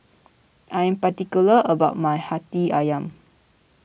I am particular about my Hati Ayam